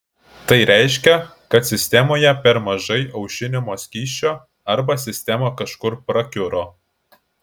tai reiškia kad sistemoje per mažai aušinimo skysčio arba sistema kažkur prakiuro